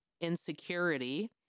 insecurity